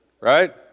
right